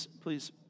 please